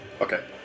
Okay